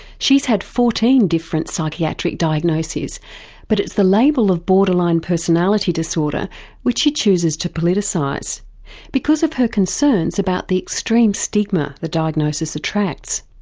she's had fourteen different psychiatric diagnoses but it is the label of borderline personality disorder which she chooses to politicise because of her concerns about the extreme stigma the diagnosis attracts.